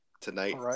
tonight